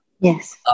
Yes